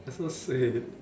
that's so sweet